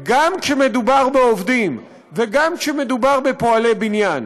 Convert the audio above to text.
גם כשמדובר בעובדים, וגם כשמדובר בפועלי בניין.